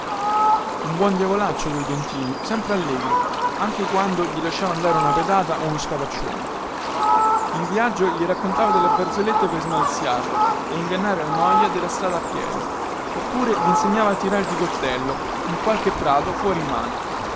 un buon diavolaccio quel don tinu sempre allegro anche quando gli lasciava andare una pedata o uno scapaccione in viaggio gli raccontava delle barzellette per smaliziarlo e ingannare la noia della strada a piedi oppure gli insegnava a tirar di coltello in qualche prato fuori mano